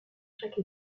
chaque